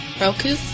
Roku